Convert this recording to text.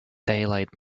daylight